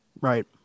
Right